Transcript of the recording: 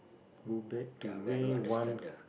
go back to where one